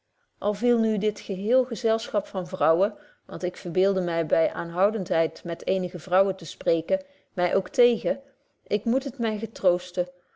al viel nu dit geheel gezelschap van vrouwen want ik verbeelde my by aanhoudenheid met eenige vrouwen te spreken my ook tegen ik moet het my getroosten